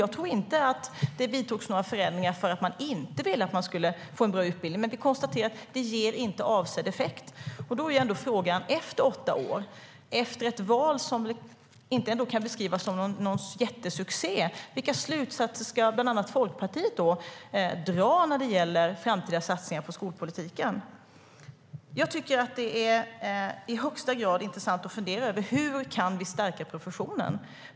Jag tror inte att det vidtogs förändringar för att det inte skulle bli en bra utbildning, men vi kan konstatera att de inte ger avsedd effekt. Efter åtta år, efter ett val som inte kan beskrivas som en jättesuccé, vilka slutsatser ska bland annat Folkpartiet dra när det gäller framtida satsningar på skolpolitiken? Det är i högsta grad intressant att fundera över hur vi kan stärka professionen.